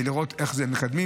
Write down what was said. ולראות איך מקדמים.